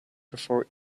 before